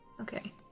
Okay